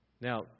Now